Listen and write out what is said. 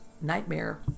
nightmare